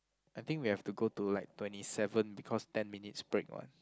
I think we have to go to like twenty seven because ten minutes break [what]